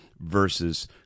versus